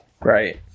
Right